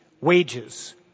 wages